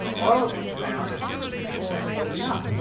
all of which found that fifteen percent was enough.